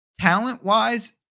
talent-wise